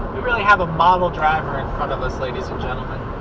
we really have a model driver in front of us, ladies and gentlemen.